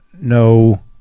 no